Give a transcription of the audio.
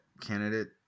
candidate